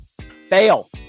fail